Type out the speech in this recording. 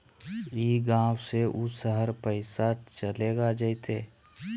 ई गांव से ऊ शहर पैसा चलेगा जयते?